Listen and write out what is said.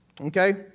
Okay